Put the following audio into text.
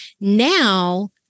Now